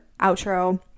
outro